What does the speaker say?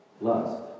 lust